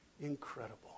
incredible